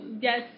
Yes